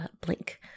blink